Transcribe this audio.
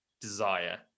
desire